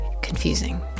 confusing